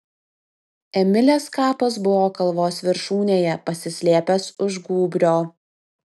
emilės kapas buvo kalvos viršūnėje pasislėpęs už gūbrio